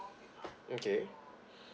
okay